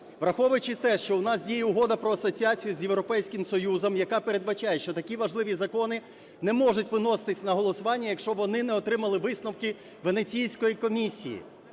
враховуючи те, що у нас діє Угода про асоціацію з Європейським Союзом, яка передбачає, що такі важливі закони не можуть виноситись на голосування, якщо вони не отримали висновки Венеційської комісії.